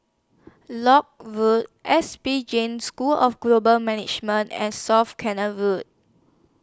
Lock Road S P Jain School of Global Management and South Canal Road